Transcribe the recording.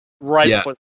Right